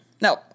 No